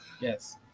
Yes